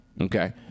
Okay